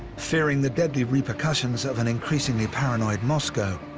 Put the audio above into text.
fearing the deadly repercussions of an increasingly paranoid moscow,